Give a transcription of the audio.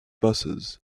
buses